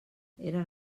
eren